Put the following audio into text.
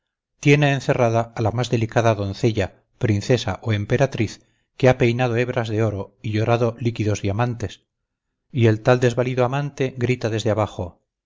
tiene encerrada a la más delicada doncella princesa o emperatriz que ha peinado hebras de oro y llorado líquidos diamantes y el tal desvalido amante grita desde abajo